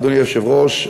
אדוני היושב-ראש,